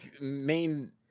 main